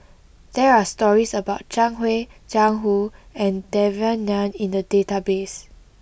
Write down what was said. there are stories about Zhang Hui Jiang Hu and Devan Nair in the database